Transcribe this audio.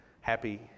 Happy